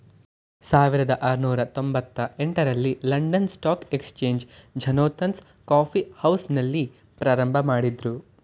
ಸಾವಿರದ ಆರುನೂರು ತೊಂಬತ್ತ ಎಂಟ ರಲ್ಲಿ London stock exchange Jonathan's coffee ಹೌಸ್ನಲ್ಲಿ ಪ್ರಾರಂಭಮಾಡಿದ್ರು